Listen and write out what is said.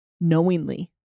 Knowingly